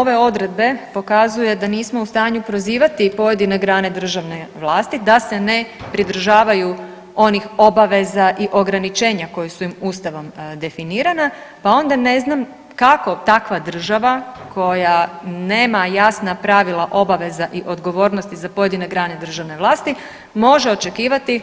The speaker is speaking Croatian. ove odredbe pokazuje da nismo u stanju prozivati pojedine grane državne vlasti, da se ne pridržavaju onih obaveza i ograničenja koja su im Ustavom definirana, pa onda ne znam kako takva država koja nema jasna pravila obaveza i odgovornosti za pojedine grane državne vlasti može očekivati